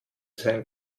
sein